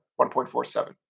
1.47